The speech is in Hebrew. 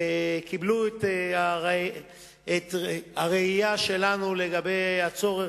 קיבלו את הראייה שלנו לגבי הצורך